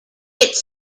its